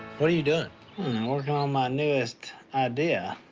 what are you doing? working on my newest idea.